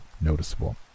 noticeable